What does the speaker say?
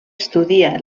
estudia